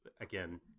again